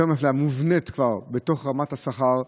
יותר מאפליה, מובנית כבר בתוך רמת השכר,